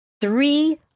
three